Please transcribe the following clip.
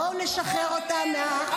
בואו נשחרר אותם --- פגועי נפש,